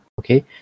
okay